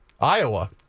Iowa